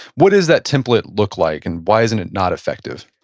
what does that template look like and why isn't it not effective?